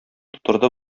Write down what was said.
тутырды